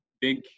big